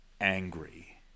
angry